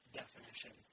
definition